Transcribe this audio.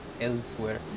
elsewhere